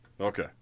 okay